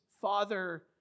father